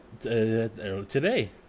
Today